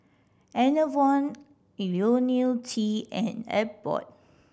Enervon Ionil T and Abbott